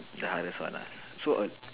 ya just one lah so um